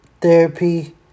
therapy